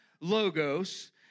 Logos